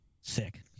sick